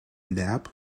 lab